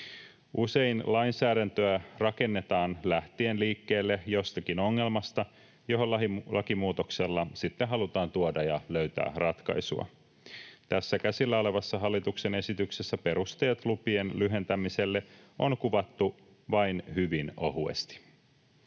Usein lainsäädäntöä rakennetaan lähtien liikkeelle jostakin ongelmasta, johon lakimuutoksella sitten halutaan tuoda ja löytää ratkaisua. Tässä käsillä olevassa hallituksen esityksessä perusteet lupien lyhentämiselle on kuvattu vain hyvin ohuesti.